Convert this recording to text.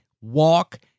walk